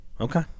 Okay